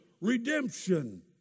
redemption